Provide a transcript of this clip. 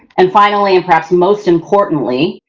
and finally, and perhaps most importantly,